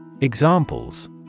examples